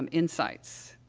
um insights.